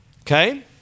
Okay